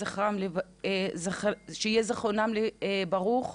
שיהיה זכרם ברוך.